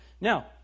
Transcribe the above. Now